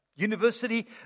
university